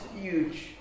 huge